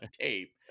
tape